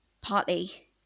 partly